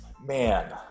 Man